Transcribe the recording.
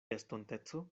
estonteco